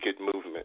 Movement